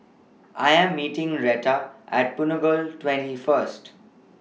I Am meeting Reta At Punggol twenty First